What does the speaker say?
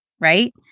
right